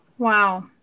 Wow